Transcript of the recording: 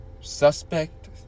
suspect